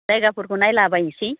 जायगाफोरखौ नायलाबायनोसै